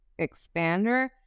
expander